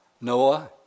Noah